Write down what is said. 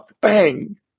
bang